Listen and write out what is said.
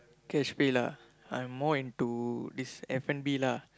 cash pay lah I'm more into this F-and-B lah